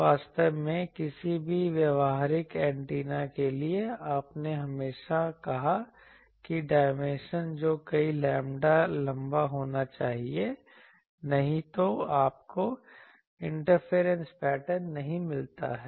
वास्तव में किसी भी व्यावहारिक एंटीना के लिए आपने हमेशा कहा कि डायमेंशन जो कई लैम्ब्डा लंबा होना चाहिए नहीं तो आपको इंटरफेयरेनस पैटर्न नहीं मिलता है